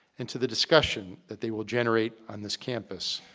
and to the discussion that they will generate on this campus.